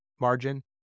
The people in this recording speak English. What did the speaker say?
margin